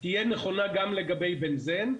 תהיה נכונה גם לגבי בנזן,